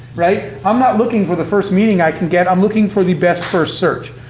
right? i'm not looking for the first meeting i can get, i'm looking for the best first search.